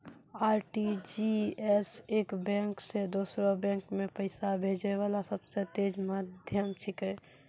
RTGS एक bank से दोसरो बैंक मे पैसा भेजै वाला सबसे तेज माध्यम छिकै